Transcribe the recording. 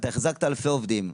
והחזקת אלפי עובדים,